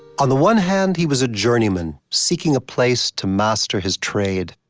on the one hand, he was a journeyman, seeking a place to master his trade.